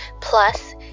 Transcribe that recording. Plus